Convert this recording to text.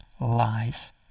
lies